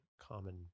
common